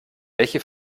welche